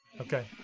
Okay